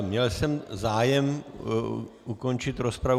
Měl jsem zájem ukončit rozpravu.